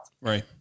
Right